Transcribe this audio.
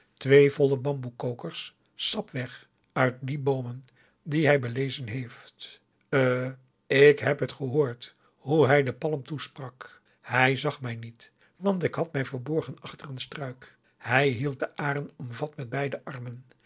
twee volle bamboe kokers sap weg uit die boomen die hij belezen heeft eh ik heb het gehoord hoe hij den palm toesprak hij zag mij niet want ik had mij verborgen achter een struik hij hield de arèn omvat met beide armen